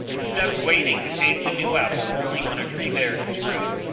instead of waiting to taste a new apple only when a tree bears fruit,